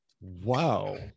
Wow